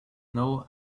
know